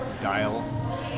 dial